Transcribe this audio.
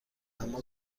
اما